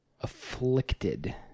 afflicted